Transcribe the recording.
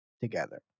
together